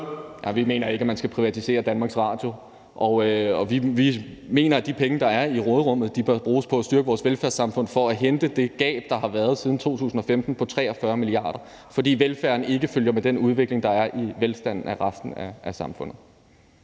Vi mener ikke, at man skal privatisere DR. Vi mener, at de penge, der er i råderummet, bør bruges på at styrke vores velfærdssamfund for at lukke det gab på 43 mia. kr., der har været siden 2015, fordi velfærden ikke følger med den udvikling, der er i velstanden af resten af samfundet.